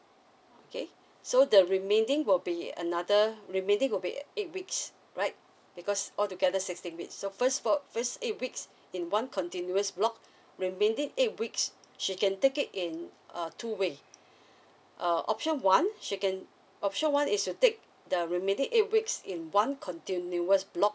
okay so the remaining will be another remaining will be at eight weeks right because all together sixteen week so first for first eight weeks in one continuous block remaining eight weeks she can take it in uh two way err option one she can option one is you take the remaining eight weeks in one continuos block